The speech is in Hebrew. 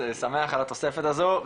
שמח על התוספת הזו,